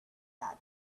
blood